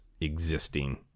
existing